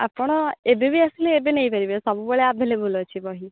ଆପଣ ଏବେ ବି ଆସିଲେ ଏବେ ନେଇପାରିବେ ସବୁବେଳେ ଆଭେଲେବୁଲ୍ ଅଛି ବହି